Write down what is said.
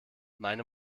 meine